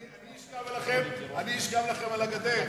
אני אשכב לכם על הגדר.